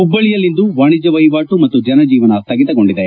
ಹುಬ್ಲಳ್ದಿಯಲ್ಲಿಂದು ವಾಣಿಜ್ಞ ವಹಿವಾಟು ಮತ್ತು ಜನಜೀವನ ಸ್ವಗಿತಗೊಂಡಿದೆ